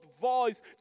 voice